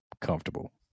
comfortable